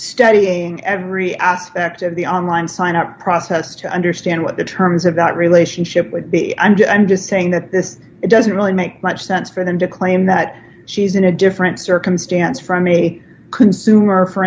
studying every aspect of the on line sign up process to understand what the terms of that relationship would be i'm just i'm just saying that this doesn't really make much sense for them to claim that she's in a different circumstance from me consumer for